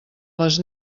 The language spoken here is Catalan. les